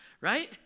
Right